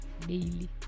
daily